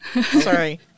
Sorry